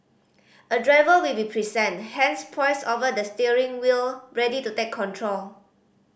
a driver will be present hands poised over the steering wheel ready to take control